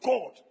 God